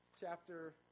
chapter